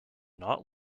not